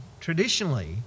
traditionally